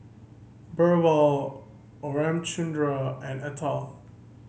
Birbal Ramchundra and Atal